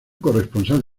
corresponsal